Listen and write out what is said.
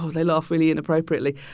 oh, they laugh really inappropriately.